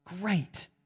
Great